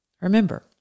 Remember